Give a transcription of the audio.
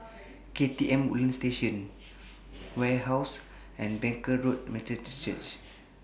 K T M Woodlands Station Wave House and Barker Road Methodist Church